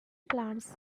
plants